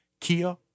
Kia